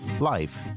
life